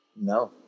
No